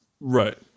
Right